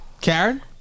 Karen